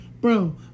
bro